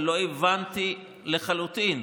לא הבנתי לחלוטין: